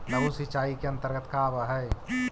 लघु सिंचाई के अंतर्गत का आव हइ?